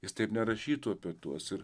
jis taip nerašytų apie tuos ir